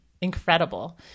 incredible